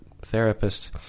therapist